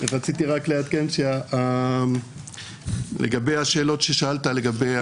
רציתי רק לעדכן לגבי השאלות ששאלת, לגבי